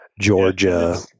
Georgia